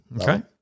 Okay